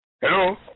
Hello